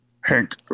Hank